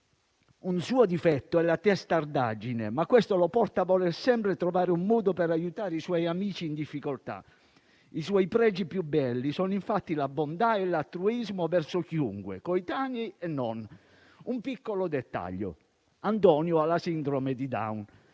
Un suo difetto è la testardaggine, ma questo lo porta a voler sempre trovare un modo per aiutare i suoi amici in difficoltà. I suoi pregi più belli sono infatti la bontà e l'altruismo verso chiunque, coetanei e non. Un piccolo dettaglio: Antonio ha la sindrome di Down.